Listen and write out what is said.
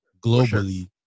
globally